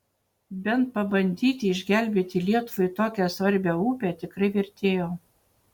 bent pabandyti išgelbėti lietuvai tokią svarbią upę tikrai vertėjo